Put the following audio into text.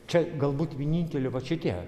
čia galbūt vienintelį vat šitie